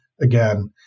again